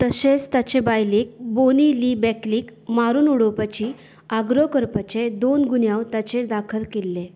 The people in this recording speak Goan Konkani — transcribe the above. तशेंच ताचे बायलेक बोनी ली बॅकलीक मारून उडोवपाची आग्रो करपाचे दोन गुन्यांव ताचेर दाखल केल्ले